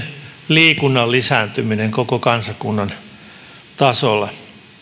liikunnan lisääntyminen koko kansakunnan tasolla